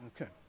Okay